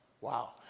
Wow